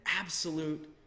absolute